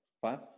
Five